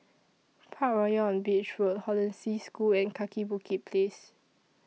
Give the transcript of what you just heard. Parkroyal on Beach Road Hollandse School and Kaki Bukit Place